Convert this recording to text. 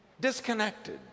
disconnected